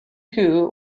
who